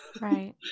Right